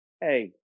hey